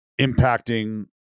impacting